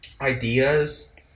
ideas